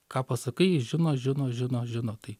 ką pasakai jie žino žino žino žino tai